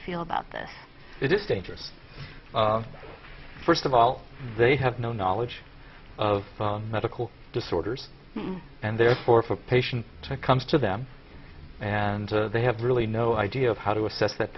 feel about this it is dangerous first of all they have no knowledge of medical disorders and therefore if a patient comes to them and they have really no idea of how to assess that